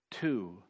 Two